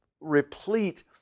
replete